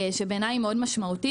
שבעיניי היא מאוד משמעותית.